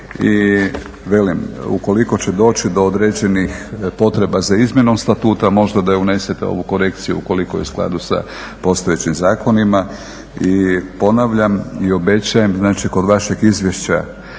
i velim ukoliko će doći do određenih potreba za izmjenom statuta, možda da unesete ovu korekciju ukoliko je u skladu sa postojećim zakonima. I ponavljam i obećajem, znači kod vašeg izvješća